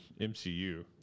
MCU